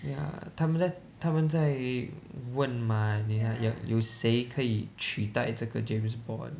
ya 他们在他们在问 mah 你看有有谁可以取代这个 James Bond